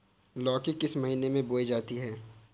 लौकी किस महीने में बोई जाती है?